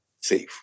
safe